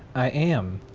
i am.